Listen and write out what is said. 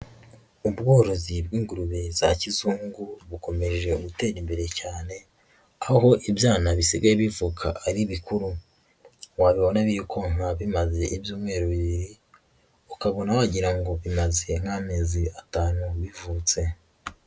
Ubworozi bw'ingurube za kizungu bukomeje gutera imbere cyane, aho ibyana bisigaye bivuka ari bikuru, wabibona biri konka bimaze ibyumweru bibiri, ukabona wagira ngo bimaze nk'amezi atanu bivutse.